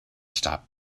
stop